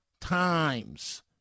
times